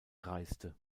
reiste